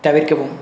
தவிர்க்கவும்